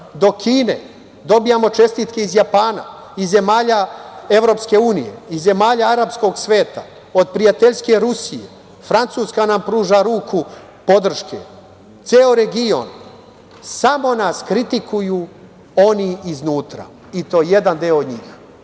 do Kine, dobijamo čestitke iz Japana, iz zemalja EU, iz zemalja arapskog sveta, od prijateljske Rusije, Francuska nam pruža ruku podrške, ceo region, samo nas kritikuju oni iznutra, i to jedan deo njih.